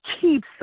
keeps